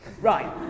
Right